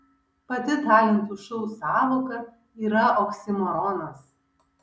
pati talentų šou sąvoka yra oksimoronas